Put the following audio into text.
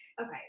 Okay